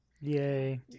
Yay